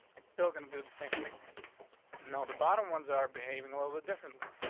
and still gonna do the same thing no. the bottom ones are behaving a little bit differently,